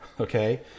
Okay